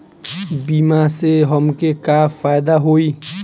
बीमा से हमके का फायदा होई?